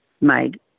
made